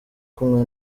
kumwe